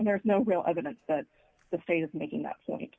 and there's no real evidence that the fate of making that point